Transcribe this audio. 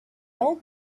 old